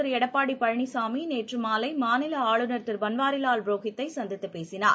திருஎடப்பாடிபழனிசாமிநேற்றுமாலைமாநிலஆளுநர் முதலமைச்சர் திருபன்வாரிலால் புரோஹித்தைசந்தித்துபேசினார்